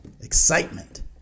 Excitement